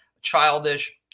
childish